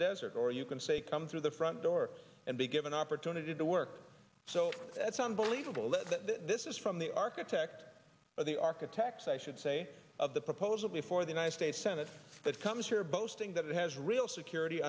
desert or you can say come through the front door and be given an opportunity to work so that's unbelievable that this is from the architect of the architects i should say of the proposal before the united states senate that comes here boasting that it has real security